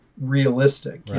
realistic